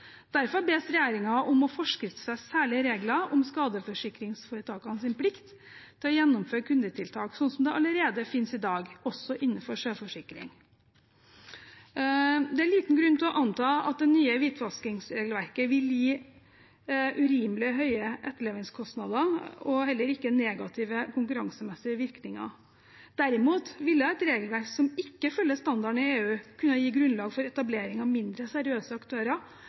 Derfor bes regjeringen om å forskriftsfeste særlige regler om skadeforsikringsforetakenes plikt til å gjennomføre kundetiltak, slik som det allerede finnes i dag, også innenfor sjøforsikring. Det er liten grunn til å anta at det nye hvitvaskingsregelverket vil gi urimelig høye etterlevingskostnader og heller ikke negative konkurransemessige virkninger. Derimot ville et regelverk som ikke følger standarden i EU, kunne gi grunnlag for etablering av mindre seriøse aktører